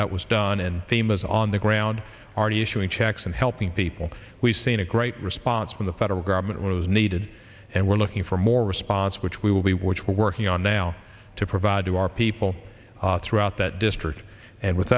that was done and famous on the ground already issuing checks and helping people we've seen a great response from the federal government was needed and we're looking for more response which we will be which we're working on now to provide to our people throughout that district and with